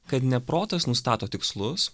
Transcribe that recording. kad ne protas nustato tikslus